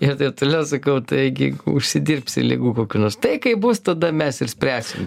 ir taip toliau sakau taigi užsidirbsi ligų kokių nors tai kaip bus tada mes ir spręsim